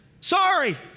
sorry